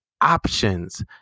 options